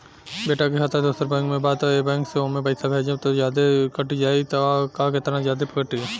बेटा के खाता दोसर बैंक में बा त ए बैंक से ओमे पैसा भेजम त जादे कट जायी का त केतना जादे कटी?